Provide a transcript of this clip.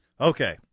Okay